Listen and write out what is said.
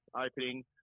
opening